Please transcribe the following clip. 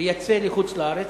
לייצא לחוץ-לארץ,